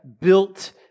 built